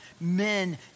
men